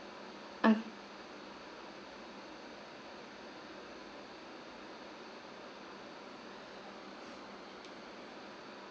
okay